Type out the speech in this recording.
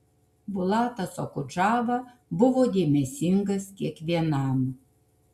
bulatas okudžava buvo dėmesingas kiekvienam